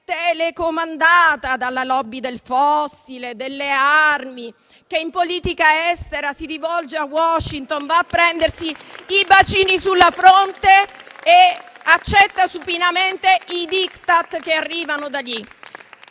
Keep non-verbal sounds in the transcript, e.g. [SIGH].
telecomandata dalle *lobby* del fossile e delle armi e che in politica estera si rivolge a Washington, va a prendersi i bacini sulla fronte [APPLAUSE] e accetta supinamente i *diktat* che arrivano da lì.